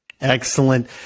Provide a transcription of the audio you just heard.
Excellent